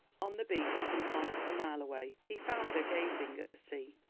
on the beach, some half of a mile away, he found her gazing at the sea,